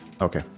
okay